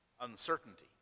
uncertainty